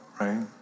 right